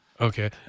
Okay